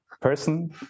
person